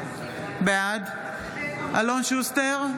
בעד אלון שוסטר,